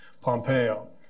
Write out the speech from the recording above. Pompeo